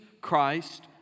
Christ